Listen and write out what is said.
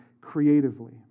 creatively